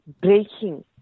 breaking